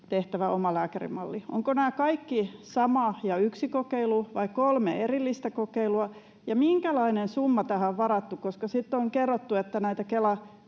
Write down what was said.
tehtävä omalääkärimalli. Ovatko nämä kaikki sama ja yksi kokeilu vai kolme erillistä kokeilua, ja minkälainen summa tähän on varattu, koska on kerrottu, että näitä